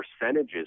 percentages